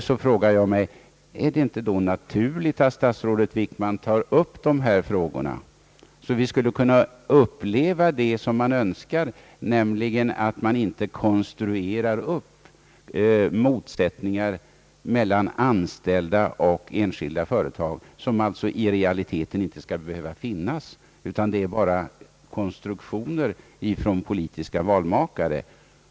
Jag frågar mig om det inte då är naturligt att statsrådet Wickman tar upp dessa frågor, så att vi får uppleva att man inte konstruerar upp motsättningar mellan anställda och enskilda företag, motsättningar som i realiteten inte finns utan som bara är konstruktioner av politiska valmakare.